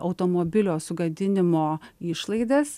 automobilio sugadinimo išlaidas